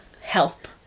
Help